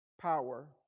power